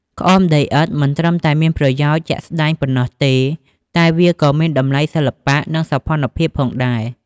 ក្អមដីឥដ្ឋមិនត្រឹមតែមានប្រយោជន៍ជាក់ស្តែងប៉ុណ្ណោះទេ តែវាក៏មានតម្លៃសិល្បៈ និងសោភ័ណភាពផងដែរ។